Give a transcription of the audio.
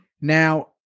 Now